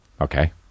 okay